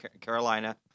Carolina